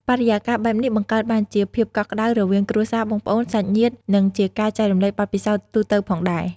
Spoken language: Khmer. បរិយាកាសបែបនេះ បង្កើតបានជាភាពកក់ក្ដៅរវាងគ្រួសារ បងប្អូន សាច់ញាតិ និងជាការចែករំលែកបទពិសោធន៍ទូទៅផងដែរ ។